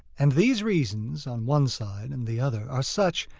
and these reasons, on one side and the other, are such,